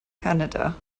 canada